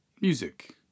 music